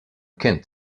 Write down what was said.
kent